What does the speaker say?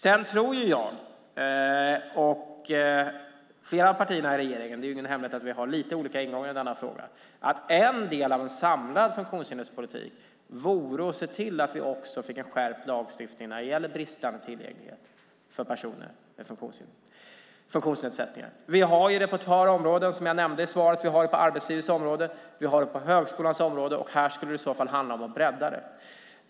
Det är ingen hemlighet att partierna i regeringen har lite olika ingång i denna fråga. En del av en samlad politik för funktionshindrade vore att vi fick en skärpt lagstiftning när det gäller bristande tillgänglighet för personer med funktionsnedsättningar. Vi har det på ett par områden som jag nämnde i svaret. Vi har det på arbetslivets område och på högskolans område. Här skulle det handla om att bredda det.